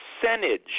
percentage